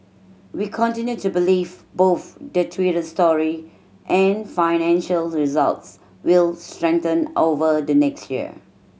we continue to believe both the Twitter story and financial results will strengthen over the next year